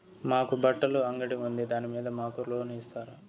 మాకు బట్టలు అంగడి ఉంది దాని మీద మాకు లోను ఇస్తారా